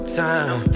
time